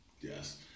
yes